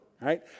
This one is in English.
right